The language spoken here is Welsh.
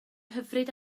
hyfryd